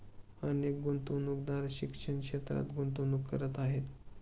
अनेक गुंतवणूकदार शिक्षण क्षेत्रात गुंतवणूक करत आहेत